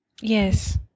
Yes